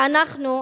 ואנחנו,